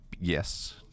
Yes